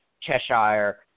Cheshire